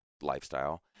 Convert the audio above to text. lifestyle